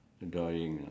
enjoying ah